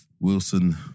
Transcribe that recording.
Wilson